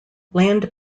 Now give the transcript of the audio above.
land